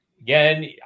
again